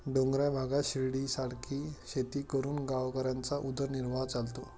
डोंगराळ भागात शिडीसारखी शेती करून गावकऱ्यांचा उदरनिर्वाह चालतो